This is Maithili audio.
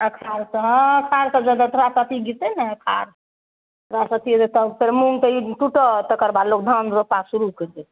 हँ अखाढ़से तऽ अखाढ़से अथी गिरतै ने खाद तब फेर मूँग तऽ टुटत तकर बाद लोक धान रोपा शुरू करि देतै